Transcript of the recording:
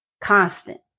Constant